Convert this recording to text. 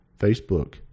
Facebook